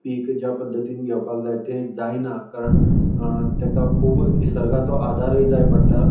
पीक ज्या पध्दतीन घेवपाक जाय तें जायना कारण तेका खूब निसर्गाचो आदारय जाय पडटा